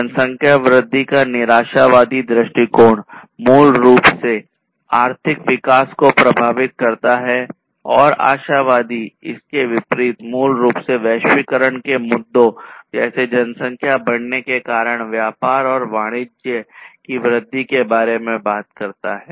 जनसंख्या वृद्धि का निराशावादी दृष्टिकोण मूल रूप से आर्थिक विकास को प्रभावित करता है और आशावादी इसके विपरीत मूल रूप से वैश्वीकरण के मुद्दों जैसे जनसंख्या बढ़ने के कारण व्यापार और वाणिज्य की वृद्धि के बारे में वार्ता करता है